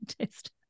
test